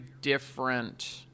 different